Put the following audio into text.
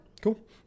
Cool